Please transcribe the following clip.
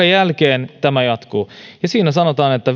jälkeen tämä jatkuu ja tässä sanotaan että